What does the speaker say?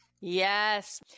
Yes